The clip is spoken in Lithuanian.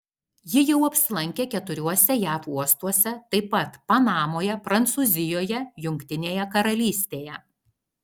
ji jau apsilankė keturiuose jav uostuose taip pat panamoje prancūzijoje jungtinėje karalystėje